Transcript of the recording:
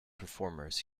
performers